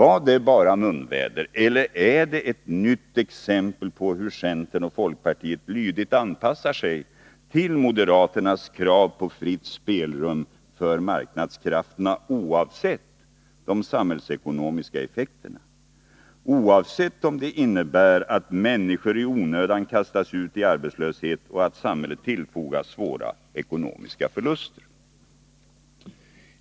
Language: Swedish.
Var det bara munväder, eller är det ett nytt exempel på hur centern och folkpartiet lydigt anpassar sig till moderaternas krav på fritt spelrum för marknadskrafterna, oavsett de samhällsekonomiska effekterna, oavsett om det innebär att människor i onödan kastas ut i arbetslöshet och att samhället tillfogas svåra ekonomiska förluster?